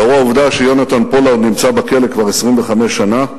"לאור העובדה שיונתן פולארד נמצא בכלא כבר 25 שנה,